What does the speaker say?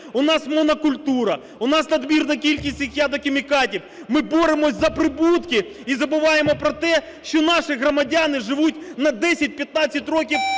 В нас монокультура, в нас надмірна кількість цих ядохімікатів. Ми боремося за прибутки і забуваємо про те, що наші громадяни живуть на 10-15 років